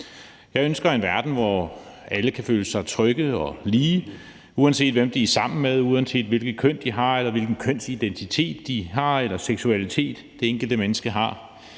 Jeg ønsker en verden, hvor alle kan føle sig trygge og lige, uanset hvem de er sammen med, uanset hvilket køn de har, hvilken kønsidentitet de har, eller hvilken seksualitet det enkelte menneske har.